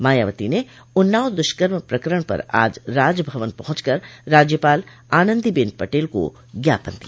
मायावती ने उन्नाव दुष्कर्म प्रकरण पर आज राजभवन पहुंच कर राज्यपाल आनन्दीबेन पटेल को ज्ञापन दिया